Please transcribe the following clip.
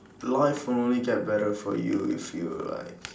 life only get better for you if you like